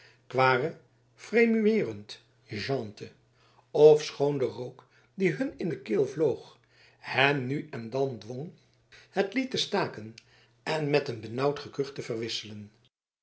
quare fremuerunt gentes ofschoon de rook die hun in de keel vloog hen nu en dan dwong het lied te staken en met een benauwd gekuch te verwisselen